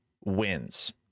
wins